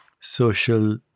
social